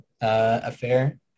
affair